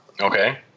Okay